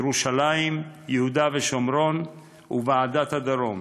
ירושלים, יהודה ושומרון וועדת הדרום.